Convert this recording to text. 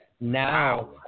Now